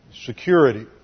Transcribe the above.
security